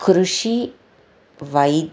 कृषिः वा